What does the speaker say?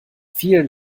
vielen